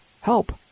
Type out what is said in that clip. help